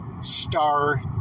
star